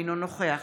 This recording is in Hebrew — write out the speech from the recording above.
אינו נוכח